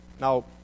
Now